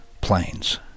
planes